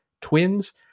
Twins